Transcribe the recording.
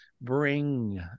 bring